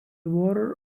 water